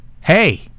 Hey